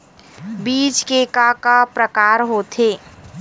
बीज के का का प्रकार होथे?